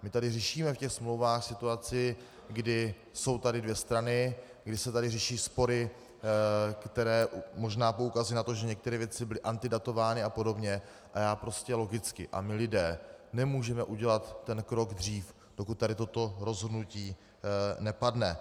My tady řešíme v těch smlouvách situaci, kdy jsou tady dvě strany, kdy se tady řeší spory, které možná poukazují na to, že některé věci byly antedatovány apod., a já prostě logicky a mí lidé nemůžeme udělat ten krok dřív, dokud tady toto rozhodnutí nepadne.